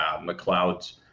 McLeod's